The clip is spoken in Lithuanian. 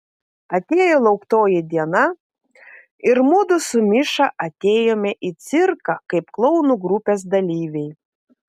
atėjo lauktoji diena ir mudu su miša atėjome į cirką kaip klounų grupės dalyviai